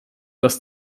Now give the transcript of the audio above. das